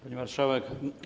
Pani Marszałek!